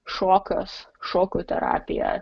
šokas šoko terapija